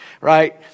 right